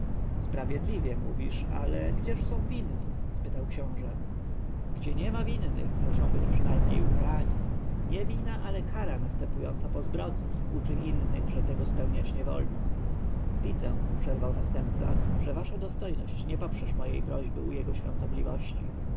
sprawiedliwie mówisz ale gdzież są winni spytał książę gdzie niema winnych muszą być przynajmniej ukarani nie wina ale kara następująca po zbrodni uczy innych że tego spełniać nie wolno widzę przerwał następca że wasza dostojność nie poprzesz mojej prośby u jego świątobliwości